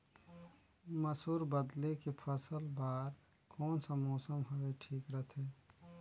मसुर बदले के फसल बार कोन सा मौसम हवे ठीक रथे?